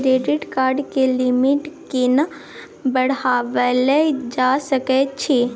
Credit card के limit केना बढायल जा सकै छै?